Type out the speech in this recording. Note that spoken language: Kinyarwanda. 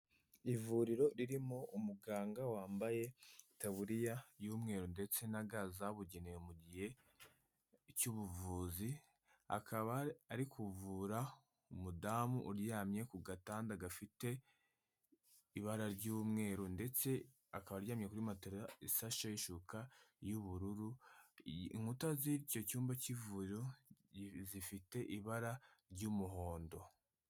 Ivuriro ririmo umuganga wambaye itaburiya y'umweru ndetse na ga zabugenewe mu gihe cy'ubuvuzi, akaba ari kuvura umudamu uryamye ku gatanda gafite ibara ry'umweru ndetse akaba aryamye kuri matera isasheho ishuka y'ubururu, inkuta z'icyo cyumba cy'ivuriro zifite ibara ry'umuhondo.